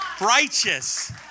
righteous